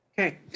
Okay